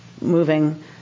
moving